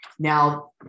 Now